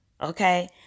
Okay